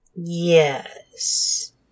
Yes